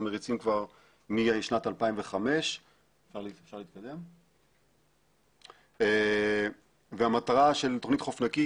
מריצים כבר משנת 2005. המטרה של תכנית "חוף נקי"